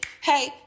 hey